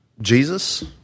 Jesus